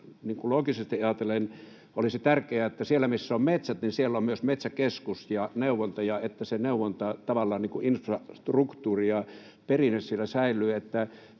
Loogisesti ajatellen olisi tärkeää, että siellä, missä on metsät, on myös Metsäkeskus ja neuvonta ja että se neuvonta, tavallaan infrastruktuuri ja perinne, siellä säilyy.